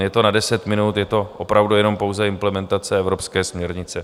Je to na deset minut, je to opravdu jenom pouze implementace evropské směrnice.